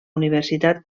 universitat